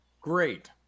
Great